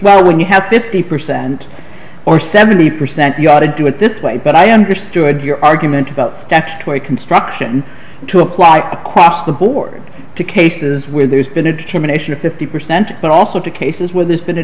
where when you have fifty percent or seventy percent you ought to do it this way but i understood your argument about twenty construction to apply across the board to cases where there's been a determination of fifty percent but also to cases where there's been a